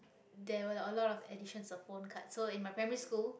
there were a lot of editions of phone cards so in my primary school